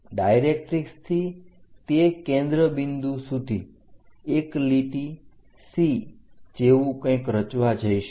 directrix થી તે કેન્દ્ર બિંદુ સુધી એક લીટી C જેવું કંઈક રચવા જઈશું